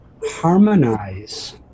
harmonize